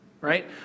right